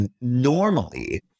normally